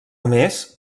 més